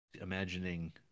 imagining